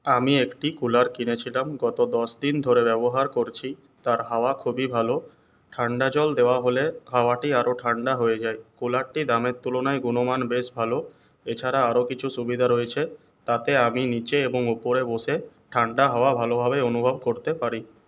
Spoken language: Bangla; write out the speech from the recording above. আমি একটি কুলার কিনেছিলাম গত দশদিন ধরে ব্যবহার করছি তার হাওয়া খুবই ভালো ঠাণ্ডা জল দেওয়া হলে হাওয়াটি আরও ঠাণ্ডা হয়ে যায় কুলারটি দামের তুলনায় গুণমান বেশ ভালো এছাড়া আরও কিছু সুবিধা রয়েছে তাতে আমি নিচে এবং উপরে বসে ঠাণ্ডা হাওয়া ভালোভাবেই অনুভব করতে পারি